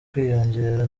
kwiyongera